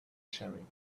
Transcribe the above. sharing